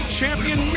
champion